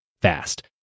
fast